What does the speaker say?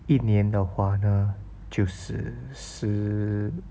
一年的话呢就是十